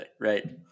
right